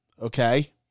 okay